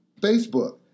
Facebook